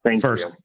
first